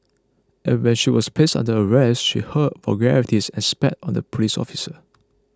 and when she was placed under arrest she hurled vulgarities and spat on the police officer